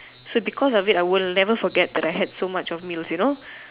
so because of it I would never forget that I had so much of meals you know